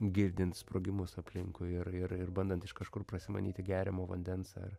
girdint sprogimus aplinkui ir ir ir bandant iš kažkur prasimanyti geriamo vandens ar